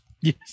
Yes